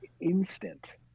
instant